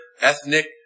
ethnic